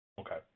Okay